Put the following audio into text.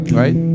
right